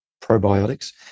probiotics